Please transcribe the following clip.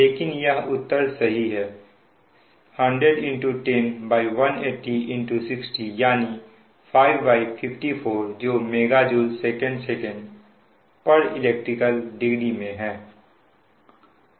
लेकिन यह उत्तर सही है 1001018060 यानी 554 जो MJ sec elect degree में है